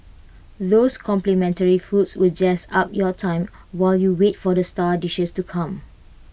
those complimentary foods will jazz up your time while you wait for the star dishes to come